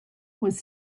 was